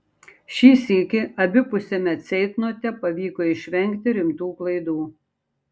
šį sykį abipusiame ceitnote pavyko išvengti rimtų klaidų